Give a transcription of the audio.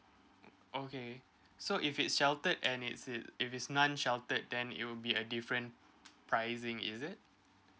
okay so if it's sheltered and it's it if it's non sheltered then it will be a different pricing is it